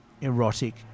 erotic